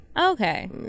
Okay